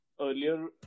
earlier